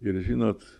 ir žinot